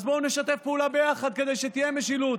אז בואו נשתף פעולה ביחד כדי שתהיה משילות,